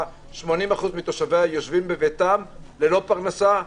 80% מתושביה יושבים בביתם ללא פרנסה,